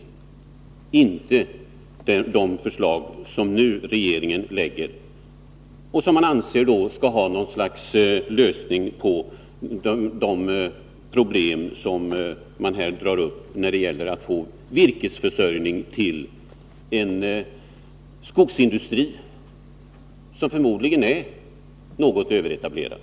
Vi ställer oss inte bakom de förslag som regeringen nu lägger fram och som man anser skall vara en lösning på de problem som här dras upp när det gäller virkesförsörjningen till en skogsindustri som förmodligen är något överetablerad.